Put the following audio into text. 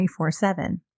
24-7